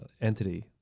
entity